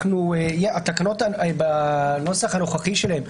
התקנות בנוסח הנוכחי שלהן,